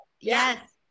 Yes